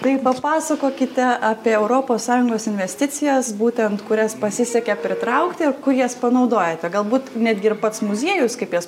tai papasakokite apie europos sąjungos investicijas būtent kurias pasisekė pritraukti ir kur jas panaudojote galbūt netgi ir pats muziejus kaip jas